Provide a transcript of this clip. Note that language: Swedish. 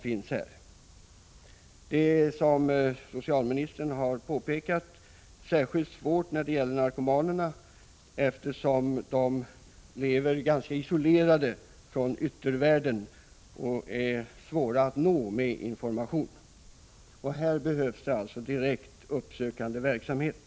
Detta är, som socialministern påpekade, särskilt svårt när det gäller narkomanerna, eftersom de lever ganska isolerade från yttervärlden och är svåra att nå med information. Här behövs direkt uppsökande verksamhet.